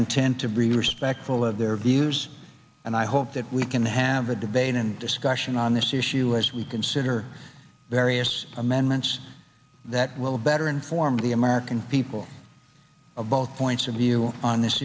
intend to bring respectful of their views and i hope that we can have a debate and discussion on this issue as we consider various amendments that will better inform the american people of both points of view on this